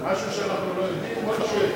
לא,